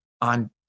on